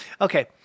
Okay